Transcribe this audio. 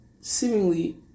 seemingly